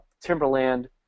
timberland